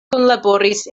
kunlaboris